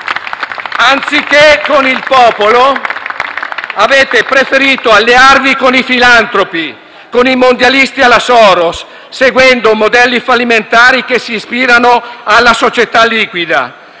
Anziché con il popolo, avete preferito allearvi con i filantropi, con i mondialisti alla Soros, seguendo modelli fallimentari che si ispirano alla società liquida.